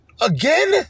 Again